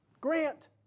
Grant